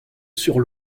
sur